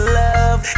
love